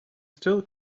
still